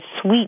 sweet